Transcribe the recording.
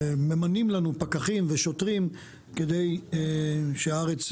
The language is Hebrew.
ממנים לנו פקחים ושוטרים כדי שהארץ,